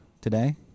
today